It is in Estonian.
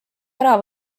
ära